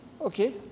Okay